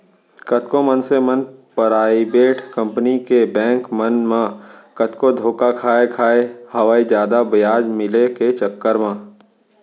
कतको मनसे मन पराइबेट कंपनी के बेंक मन म कतको धोखा खाय खाय हवय जादा बियाज मिले के चक्कर म